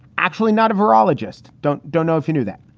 actually, not a virologist. don't don't know if he knew that.